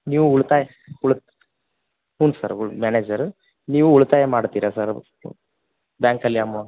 ನೀವು ಉಳ್ತಾಯ ಉಳ್ ಹ್ಞೂ ಸರ್ ಹ್ಞೂ ಮ್ಯಾನೇಜರ ನೀವು ಉಳ್ತಾಯ ಮಾಡ್ತಿರಾ ಸರ್ ಬ್ಯಾಂಕ್ ಅಲ್ಲಿ ಅಮೌ